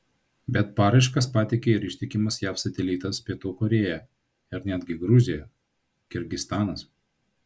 bet paraiškas pateikė ir ištikimas jav satelitas pietų korėja ir netgi gruzija kirgizstanas